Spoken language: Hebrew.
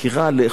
לחוסר תקווה.